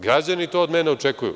Građani to od mene očekuju.